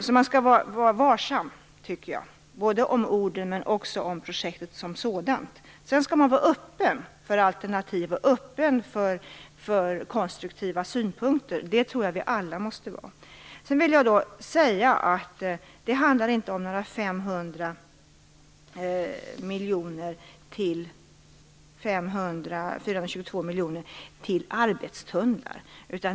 Därför tycker jag att man skall vara varsam, både med orden och med projektet som sådant. Sedan skall man vara öppen för alternativ och konstruktiva synpunkter. Det tror jag att vi alla måste vara. Det handlar inte om 422 miljoner till arbetstunnlar.